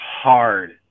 hard